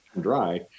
dry